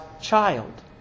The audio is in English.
child